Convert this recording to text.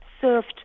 served